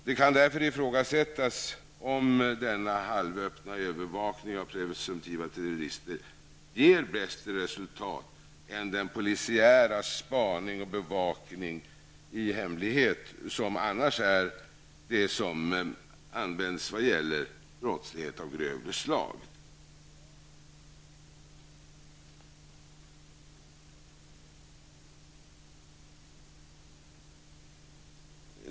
Det kan därför ifrågasättas om denna halvöppna övervakning av presumtiva terrorister ger bättre resultat än den polisiära spaning och bevakning i hemlighet som annars är det som används vad gäller brottslighet av grövre slag.